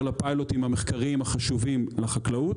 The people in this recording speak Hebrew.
לפיילוטים המחקריים החשובים לחקלאות